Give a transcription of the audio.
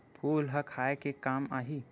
फूल ह खाये के काम आही?